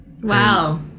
wow